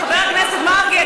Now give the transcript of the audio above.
חבר הכנסת מרגי,